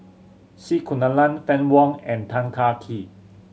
C Kunalan Fann Wong and Tan Kah Kee